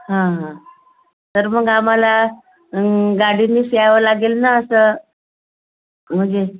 हां हां तर मग आम्हाला गाडीनीचं यावं लागेल ना असं म्हणजे